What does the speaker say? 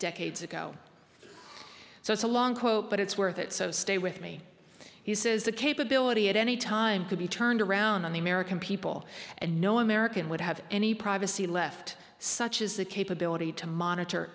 decades ago so it's a long quote but it's worth it so stay with me he says the capability at any time could be turned around on the american people and no american would have any privacy left such as the capability to monitor